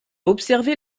observé